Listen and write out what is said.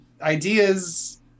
ideas